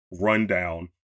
rundown